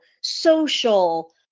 social